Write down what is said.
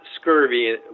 scurvy